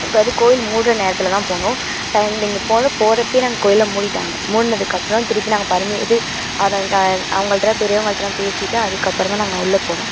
அதுவும் கோயில் மூடுற நேரத்தில் தான் போனோம் டைம் இங்கே போனோம் போகிறப்பையே நாங்கள் கோயிலை மூடிவிட்டாங்க மூடினதுக்கு அப்புறம் திருப்பி நாங்கள் பருமி இது அப்புறம் இந்த அவங்கள்ட்டலாம் பெரியவங்கள்ட்டலாம் பேசிவிட்டு அதுக்கு அப்புறம் தான் நாங்கள் உள்ளே போனோம்